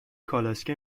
کالسکه